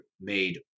made